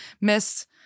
Miss